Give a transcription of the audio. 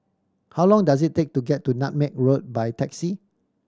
how long does it take to get to Nutmeg Road by taxi